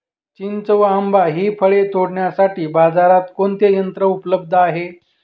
चिंच व आंबा हि फळे तोडण्यासाठी बाजारात कोणते यंत्र उपलब्ध आहे?